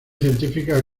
científicas